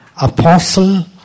apostle